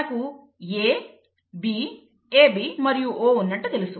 మనకు A B AB మరియు O ఉన్నట్టు తెలుసు